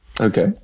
Okay